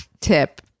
tip